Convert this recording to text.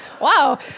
Wow